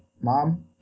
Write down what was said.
Mom